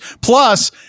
Plus